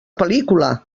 pel·lícula